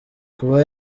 kuba